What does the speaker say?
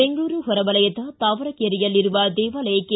ಬೆಂಗಳೂರು ಹೊರವಲಯದ ತಾವರಕೇರಿಯಲ್ಲಿರುವ ದೇವಾಲಯಕ್ಕೆ